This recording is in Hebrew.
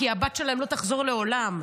כי הבת שלהם לא תחזור לעולם,